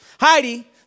Heidi